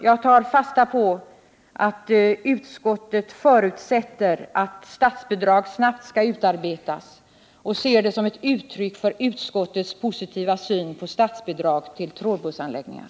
Jag tar fasta på att utskottet förutsätter att statsbidragsbestämmelser snabbt kan utarbetas och ser det som ett uttryck för utskottets positiva syn på statsbidrag till trådbussanläggningar.